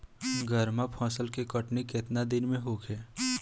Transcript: गर्मा फसल के कटनी केतना दिन में होखे?